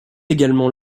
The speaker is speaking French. également